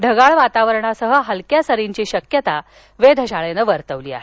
ढगाळ वातावरणासह हलक्या सरींची शक्यता वेधशाळेनं वर्तवली आहे